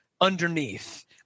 underneath